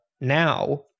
now